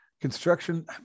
construction